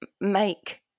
make